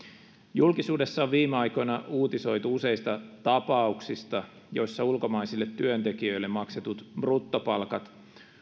julkisuudessa on viime aikoina uutisoitu useista tapauksista joissa ulkomaisille työntekijöille maksetut bruttopalkat